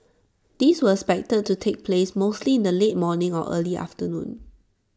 these were expected to take place mostly in the late morning or early afternoon